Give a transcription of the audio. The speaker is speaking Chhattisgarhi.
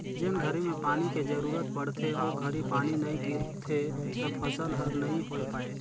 जेन घरी में पानी के जरूरत पड़थे ओ घरी पानी नई गिरथे त फसल हर नई होय पाए